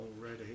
already